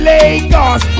Lagos